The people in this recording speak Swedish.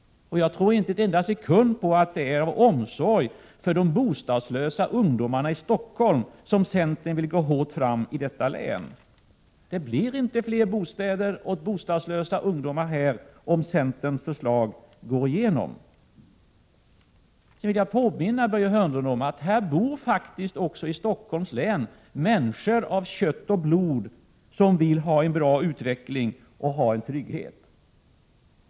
Jag tror inte en enda sekund på att det är av omsorg om de bostadslösa ungdomarna i Stockholm som centern vill gå hårt fram i detta län. Det blir inte fler bostäder åt bostadslösa ungdomar, om centerns förslag går igenom. Jag vill också påminna Börje Hörnlund om att här i Stockholms län faktiskt bor människor av kött och blod som vill ha en bra utveckling och trygghet.